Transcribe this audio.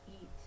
eat